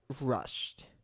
rushed